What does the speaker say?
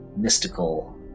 mystical